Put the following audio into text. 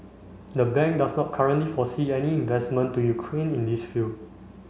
the bank does not currently foresee any investment to Ukraine in this field